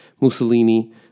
Mussolini